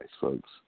folks